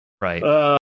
Right